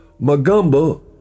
Magumba